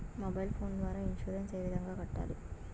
mobile phone ద్వారా insurance ఏ విధంగా కట్టాలి